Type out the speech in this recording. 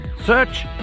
Search